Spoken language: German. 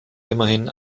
immerhin